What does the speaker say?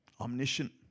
omniscient